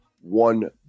one